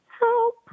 help